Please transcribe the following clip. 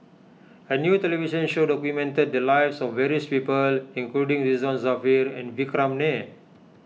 a new television show documented the lives of various people including Ridzwan Dzafir and Vikram Nair